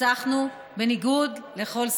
ניצחנו בניגוד לכל סיכוי.